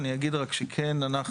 אני רק אגיד שאני וחבריי,